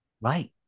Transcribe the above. Right